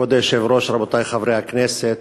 כבוד היושב-ראש, רבותי חברי הכנסת,